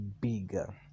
bigger